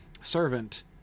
servant